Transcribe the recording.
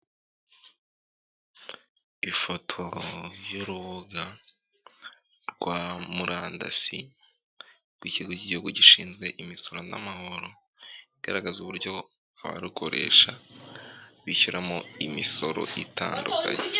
Ifoto y'urubuga rwa murandasi rw'ikigo cy'igihugu gishinzwe imisoro n'amahoro igaragaza uburyo abarukoresha bishyuramo imisoro itandukanye.